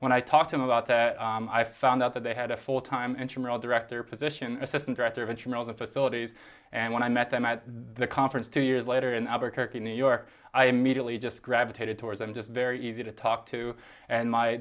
when i talked to him about that i found out that they had a full time interim role director position assistant director of i'm sure all the facilities and when i met them at the conference two years later in albuquerque new york i immediately just gravitated towards them just very easy to talk to and my